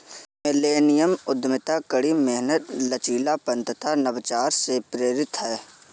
millennium उद्यमिता कड़ी मेहनत, लचीलापन तथा नवाचार से प्रेरित है